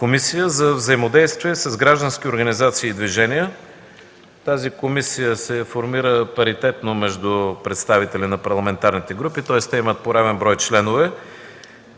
Комисия за взаимодействие с граждански организации и движения – тази комисия се формира паритетно между представителите на парламентарните групи, тоест те имат по равен брой членове,